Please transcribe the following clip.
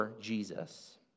Jesus